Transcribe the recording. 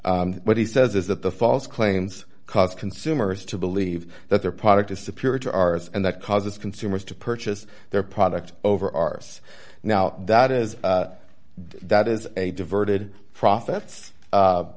what he says is that the false claims cause consumers to believe that their product is superior to ours and that causes consumers to purchase their product over ours now that is that is a diverted profits